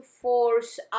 force